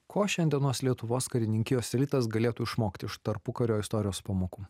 ko šiandienos lietuvos karininkijos elitas galėtų išmokti iš tarpukario istorijos pamokų